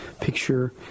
picture